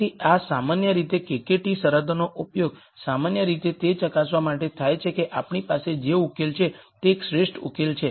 તેથી સામાન્ય રીતે KKT શરતોનો ઉપયોગ સામાન્ય રીતે તે ચકાસવા માટે થાય છે કે આપણી પાસે જે ઉકેલ છે તે એક શ્રેષ્ઠ ઉકેલ છે